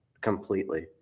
completely